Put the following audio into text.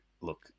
Look